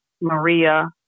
Maria